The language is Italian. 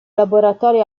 laboratori